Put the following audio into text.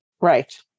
Right